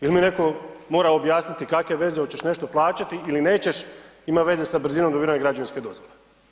Ili mi netko mora objasniti kakve veze hoćeš nešto plaćati ili nećeš, ima veze sa brzinom dobivanja građevinske dozvole.